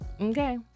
okay